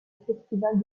festival